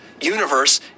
universe